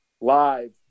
live